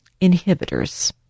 inhibitors